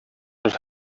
roedd